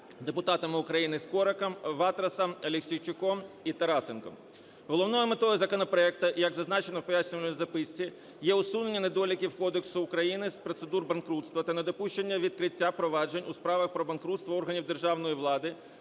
депутатами України Скориком, Ватрасом, Аліксійчуком і Тарасенком. Головною метою законопроекту, як зазначено в пояснювальній записці, є усунення недоліків Кодексу України з процедур банкрутства та недопущення відкриття проваджень у справах про банкрутство органів державної влади,